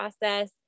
process